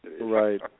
Right